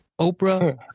Oprah